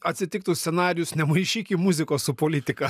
atsitiktų scenarijus nemaišykim muzikos su politika